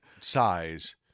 size